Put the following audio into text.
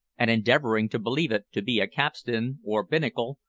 and, endeavouring to believe it to be a capstan, or binnacle,